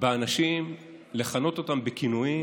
לכנות אותם בכינויים,